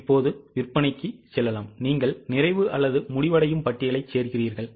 இப்போது விற்பனைக்கு நீங்கள் நிறைவு அல்லது முடிவடையும் பட்டியலைச் சேர்க்கிறீர்கள்